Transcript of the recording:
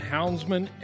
Houndsman